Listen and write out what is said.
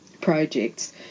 projects